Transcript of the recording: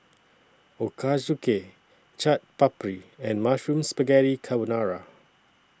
Ochazuke Chaat Papri and Mushroom Spaghetti Carbonara